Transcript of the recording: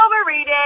overrated